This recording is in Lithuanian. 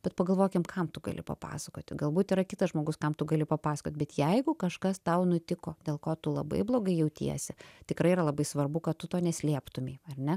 bet pagalvokim kam tu gali papasakoti galbūt yra kitas žmogus kam tu gali papasakot bet jeigu kažkas tau nutiko dėl ko tu labai blogai jautiesi tikrai yra labai svarbu kad tu to neslėptumei ar ne